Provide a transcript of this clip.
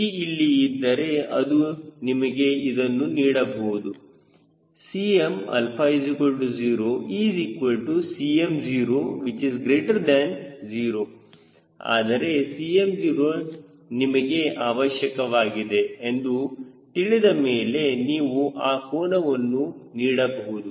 G ಇಲ್ಲಿ ಇದ್ದರೆ ಅದು ನಿಮಗೆ ಇದನ್ನು ನೀಡಬಹುದು Cm0Cm00 ಆದರೆ Cm0 ನಿಮಗೆ ಅವಶ್ಯಕವಾಗಿದೆ ಎಂದು ತಿಳಿದ ಮೇಲೆ ನೀವು ಆ ಕೋನವನ್ನು ನೀಡಬಹುದು